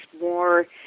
more